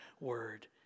word